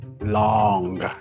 Long